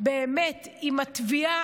באמת עם התביעה